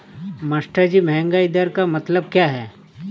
मास्टरजी महंगाई दर का मतलब क्या है?